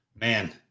man